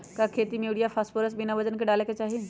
का खेती में यूरिया फास्फोरस बिना वजन के न डाले के चाहि?